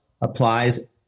applies